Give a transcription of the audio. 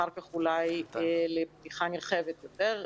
ולהגיע אחר כך לפתיחה נרחבת יותר,